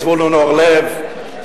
זבולון אורלב,